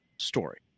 story